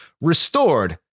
Restored